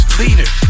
leader